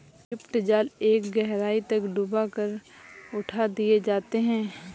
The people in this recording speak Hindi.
लिफ्ट जाल एक गहराई तक डूबा कर उठा दिए जाते हैं